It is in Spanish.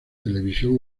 televisión